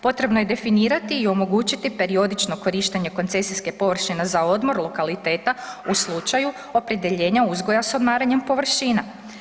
Potrebno je definirati i omogućiti periodično korištenje koncesijske površine za odmor lokaliteta u slučaju opredjeljenja uzgoja s odmaranjem površina.